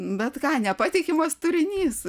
bet ką nepatikimas turinys